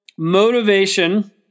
motivation